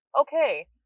okay